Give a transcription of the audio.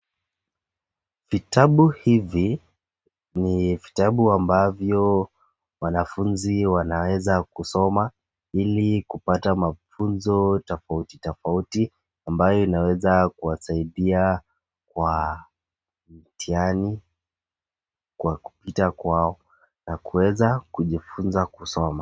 Vitabu hivi ni vitabu ambavyo wanafunzi wanaweza kusoma ili kupata mafunzo tofauti tofauti ambayo inaweza kuwasaidia kwa mtihani kwa kupita kwao na kuweza kujifunza kusoma.